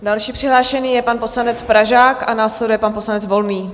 Další přihlášený je pan poslanec Pražák a následuje pan poslanec Volný.